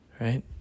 right